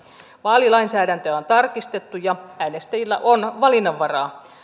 vaalilainsäädäntöä on tarkistettu ja äänestäjillä on valinnanvaraa